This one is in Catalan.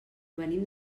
venim